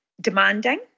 demanding